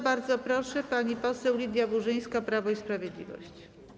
Bardzo proszę, pani poseł Lidia Burzyńska, Prawo i Sprawiedliwość.